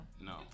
no